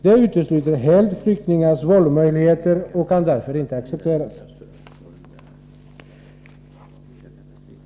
Det utesluter helt flyktingars valmöjligheter och kan därför inte accepteras.